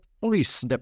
police